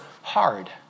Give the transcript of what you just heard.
hard